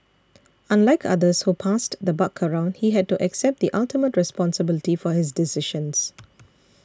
unlike others who passed the buck around he had to accept the ultimate responsibility for his decisions